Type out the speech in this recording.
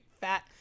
Fat